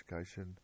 education